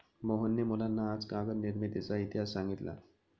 मोहनने मुलांना आज कागद निर्मितीचा इतिहास सांगितला